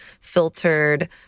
filtered